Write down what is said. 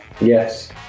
Yes